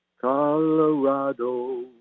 Colorado